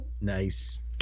Nice